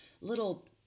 little